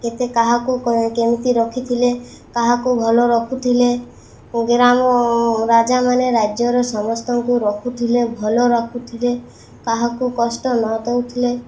କେତେ କାହାକୁ କେମିତି ରଖିଥିଲେ କାହାକୁ ଭଲ ରଖୁଥିଲେ ଗ୍ରାମ ରାଜାମାନେ ରାଜ୍ୟର ସମସ୍ତଙ୍କୁ ରଖୁଥିଲେ ଭଲ ରଖୁଥିଲେ କାହାକୁ କଷ୍ଟ ନ ଦେଉଥିଲେ